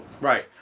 Right